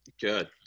Good